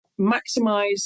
maximize